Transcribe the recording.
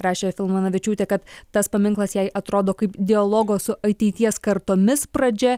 rašė filmanavičiūtė kad tas paminklas jai atrodo kaip dialogo su ateities kartomis pradžia